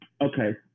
Okay